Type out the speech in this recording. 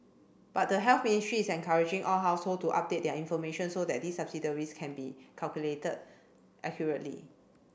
but the Health Ministry is encouraging all household to update their information so that these subsidiaries can be calculated accurately